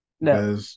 no